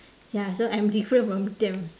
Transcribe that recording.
ya so I'm different from them